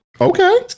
Okay